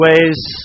ways